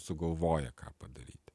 sugalvoja ką padaryti